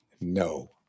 No